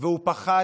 החולני,